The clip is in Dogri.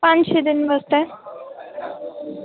पंज छे दिन वास्तै